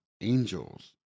angels